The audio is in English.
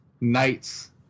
Knights